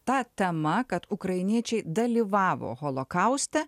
ta tema kad ukrainiečiai dalyvavo holokauste